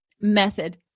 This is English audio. method